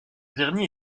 dernier